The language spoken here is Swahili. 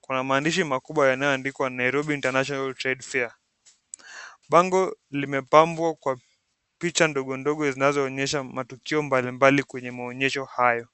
kuna maandishi makubwa yanayoandikwa Nairobi international trade fair. Bango limepambwa kwa picha ndogo ndogo zinazoonyesha matukio mbali mbali kwenye maonyesho hayo.